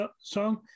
song